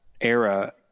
era